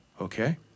Okay